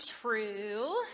true